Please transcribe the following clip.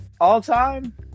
all-time